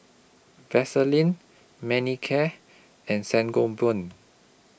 Vaselin Manicare and Sangobion